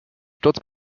sturz